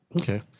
Okay